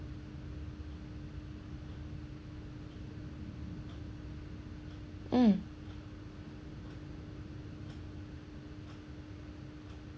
mm